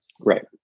Right